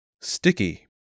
sticky